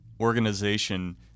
organization